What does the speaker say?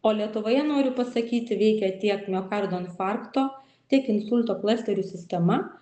o lietuvoje noriu pasakyti veikia tiek miokardo infarkto tiek insulto klasterių sistema